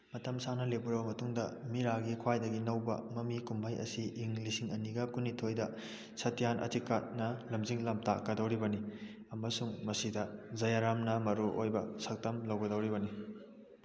ꯃꯇꯝ ꯁꯥꯡꯅ ꯂꯦꯞꯄꯨꯔꯕ ꯃꯇꯨꯡꯗ ꯃꯤꯔꯥꯒꯤ ꯈ꯭ꯋꯥꯏꯗꯒꯤ ꯅꯧꯕ ꯃꯃꯤ ꯀꯨꯝꯍꯩ ꯑꯁꯤ ꯏꯪ ꯂꯤꯁꯤꯡ ꯑꯅꯤꯒ ꯀꯨꯟꯅꯤꯊꯣꯏꯗ ꯁꯇ꯭ꯌꯥꯟ ꯑꯙꯤꯀꯥꯠꯅ ꯂꯝꯖꯤꯡ ꯂꯝꯇꯥꯛꯀꯗꯧꯔꯤꯕꯅꯤ ꯑꯃꯁꯨꯡ ꯃꯁꯤꯗ ꯖꯌꯥꯔꯥꯝꯅ ꯃꯔꯨꯑꯣꯏꯕ ꯁꯛꯇꯝ ꯂꯧꯒꯗꯧꯔꯤꯕꯅꯤ